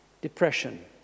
depression